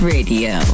Radio